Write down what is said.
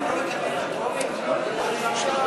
הצעת חוק להבטחת דיור חלופי לתושבי שכונת הארגזים,